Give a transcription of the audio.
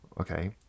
okay